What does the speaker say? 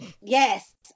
Yes